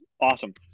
Awesome